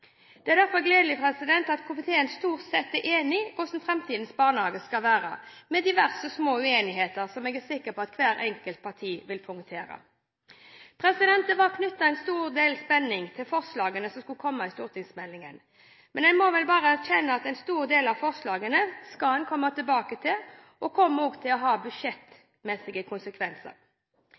Det er derfor gledelig at komiteen stort sett er enig i hvordan framtidens barnehage skal være – med diverse små uenigheter som jeg er sikker på at hvert enkelt parti vil poengtere. Det har vært knyttet en stor del spenning til forslagene som skulle komme i stortingsmeldingen, men en må vel bare erkjenne at en stor del av forslagene skal en komme tilbake til. De kommer også til å ha budsjettmessige konsekvenser.